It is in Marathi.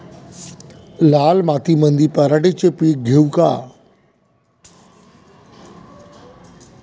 लाल मातीमंदी पराटीचे पीक घेऊ का?